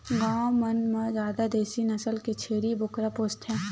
गाँव मन म जादा देसी नसल के छेरी बोकरा पोसथे